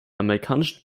amerikanischen